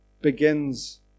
begins